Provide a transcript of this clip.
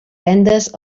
vendes